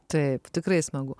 taip tikrai smagu